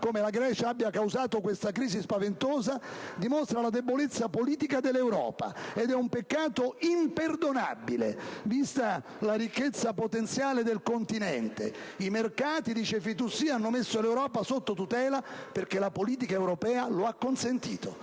della Grecia abbia causato questa crisi spaventosa dimostra la debolezza politica dell'Europa ed è un peccato imperdonabile, vista la ricchezza potenziale del continente. I mercati» - dice Fitoussi - «hanno messo l'Europa sotto tutela perché la politica europea lo ha consentito.